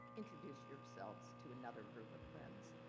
introduce yourselves to another group of friends.